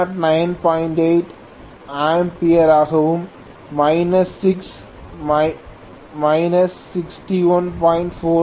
8 ஆம்பியராகவும் 6 61